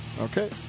Okay